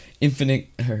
infinite